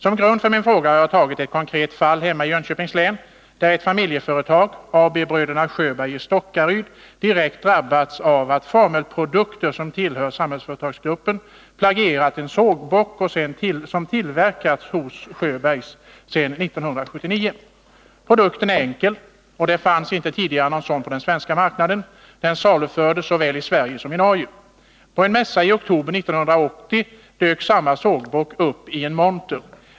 Som grund för min fråga har jag tagit ett konkret fall hemma i Jönköpings län, där ett familjeföretag — AB Bröderna Sjöbergs i Stockaryd — direkt drabbats av att Formelprodukter, som tillhör Samhällsföretagsgruppen, plagierat en sågbock som tillverkats hos Sjöberg sedan 1979. Produkten är enkel, och det fanns inte tidigare någon sådan på den svenska marknaden. Den salufördes såväl i Sverige som i Norge. På en mässa i oktober 1980 dök samma sågbock upp i en monter.